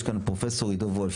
יש כאן את פרופסור עידו וולף,